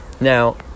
Now